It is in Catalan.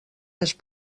més